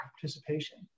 participation